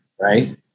Right